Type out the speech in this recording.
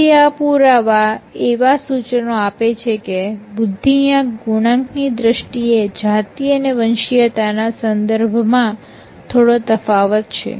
તેથી આ પુરાવા એવા સૂચનો આપે છે કે બુદ્ધિ આંક ગુણાંકની દ્રષ્ટિએ જાતિ અને વંશીયતાના સંદર્ભમાં થોડો તફાવત છે